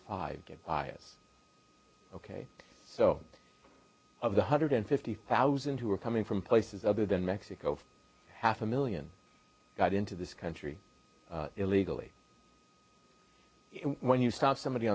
five give us ok so of the hundred and fifty thousand who are coming from places other than mexico half a million got into this country illegally when you stop somebody